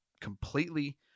completely